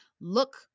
look